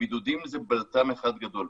הבידודים זה בלת"ם אחד גדול.